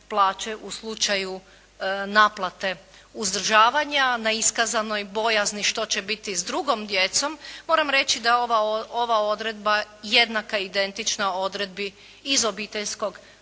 u slučaju naplate uzdržavanja, na iskazanoj bojazni što će biti s drugom djecom. Moram reći da ova odredba je jednaka, identična odredbi iz Obiteljskog